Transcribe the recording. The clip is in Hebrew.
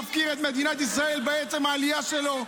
מפקיר את מדינת ישראל בעצם העלייה שלו,